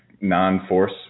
non-force